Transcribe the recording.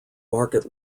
market